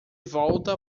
volta